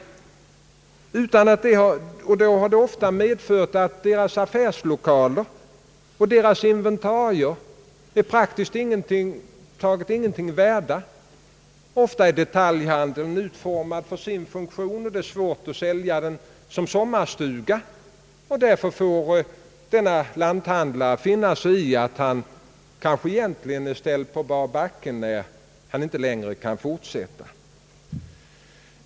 Det har ofta medfört att affärslokalerna och inventarierna har blivit praktiskt taget ingenting värda. Ofta är detaljhandeln utformad för sin funktion, och det är svårt att sälja lokalen som sommarstuga. Därför får denne lanthandlare finna sig i att han kanske egentligen är ställd på bar backe när han inte längre kan fortsätta med sin verksamhet.